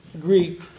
Greek